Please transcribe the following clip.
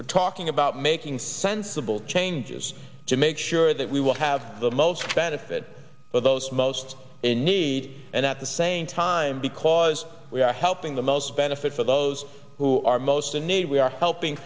we're talking about making sensible changes to make sure that we will have the most benefit for those most in need and at the same time because we are helping the most benefit for those who are most in need we are helping